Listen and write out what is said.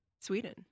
Sweden